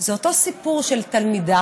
זה אותו סיפור של תלמידה